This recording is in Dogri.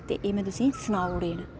ते एह् में तुसेंगी सनाई ओड़े न